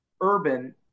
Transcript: Urban